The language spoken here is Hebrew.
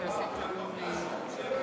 תעריפי מים מופחתים),